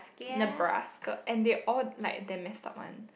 Nebraska and they all like damn messed up one